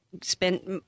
Spent